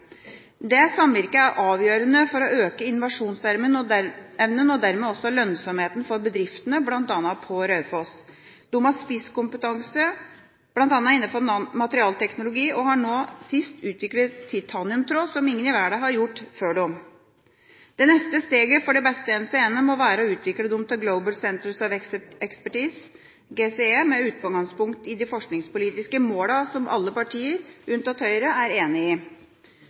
Dette samvirket er avgjørende for å øke innovasjonsevnen og dermed også lønnsomheten for bedriftene, bl.a. på Raufoss. De har spisskompetanse bl.a. innenfor materialteknologi og har nå sist utviklet titaniumtråd, som ingen i verden har gjort før dem. Det neste steget for de beste NCE-ene må være å utvikle dem til Global Centers of Expertice, GCE, med utgangspunkt i de forskningspolitiske målene som alle partier, unntatt Høyre, er enig i.